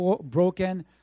broken